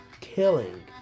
killing